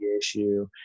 issue